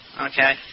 okay